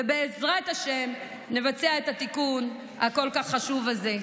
ובעזרת השם, נבצע את התיקון הכל-כך חשוב הזה.